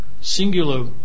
singular